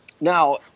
now